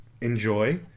enjoy